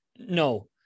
No